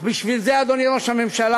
אך בשביל זה, אדוני ראש הממשלה,